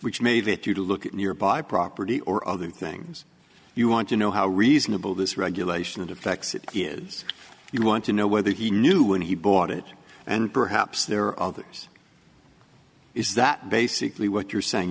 which made it you look at nearby property or other things you want to know how reasonable this regulation and effects it is you want to know whether he knew when he bought it and perhaps there are others is that basically what you're saying